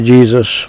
Jesus